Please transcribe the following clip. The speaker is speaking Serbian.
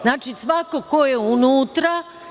Znači, svako ko je unutra.